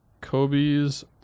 Kobe's